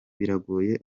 biragoye